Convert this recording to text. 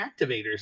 activators